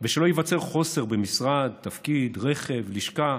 ושלא ייווצר חוסר במשרד, תפקיד, רכב, לשכה,